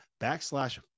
backslash